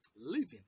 Living